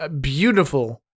beautiful